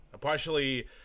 partially